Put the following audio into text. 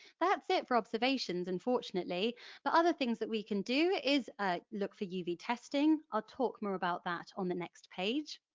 that's it for observations unfortunately but other things that we can do is ah look for uv testing, i'll talk more about that on the next page.